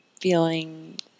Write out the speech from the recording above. feeling